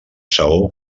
saó